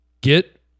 get